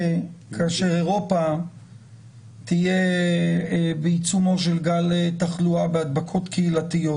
כאשר אירופה תהיה בעיצומו של גל תחלואה והדבקות קהילתיות.